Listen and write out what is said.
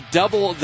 double